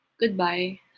goodbye